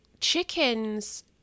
chickens